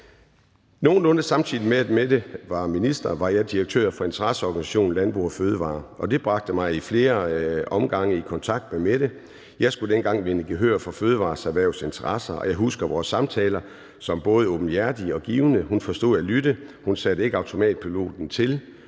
Nogenlunde samtidig med at Mette Gjerskov var minister, var jeg direktør for interesseorganisationen Landbrug & Fødevarer, og det bragte mig ad flere omgange i kontakt med Mette. Jeg skulle dengang vinde gehør for fødevareerhvervets interesser, og jeg husker vores samtaler som både åbenhjertige og givende. Mette forstod at lytte, og hun satte ikke automatpiloten til,